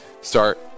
start